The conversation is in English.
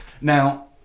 Now